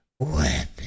Weapon